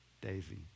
Daisy